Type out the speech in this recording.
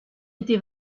été